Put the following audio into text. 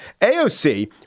AOC